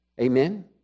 Amen